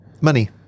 Money